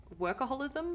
workaholism